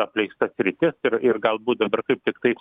apleista sritis ir ir galbūt dabar taip tiktai